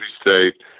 State